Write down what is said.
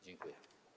Dziękuję.